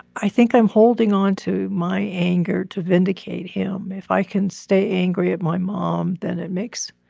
i think i'm holding on to my anger to vindicate him, if i can stay angry at my mom. then it makes